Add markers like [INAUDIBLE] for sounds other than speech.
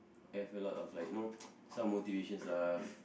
have a lot of like you know [NOISE] some motivation stuff